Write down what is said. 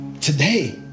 today